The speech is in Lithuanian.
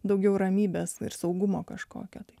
daugiau ramybės ir saugumo kažkokio tai